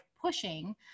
pushing